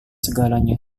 segalanya